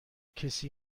کسی